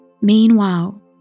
Meanwhile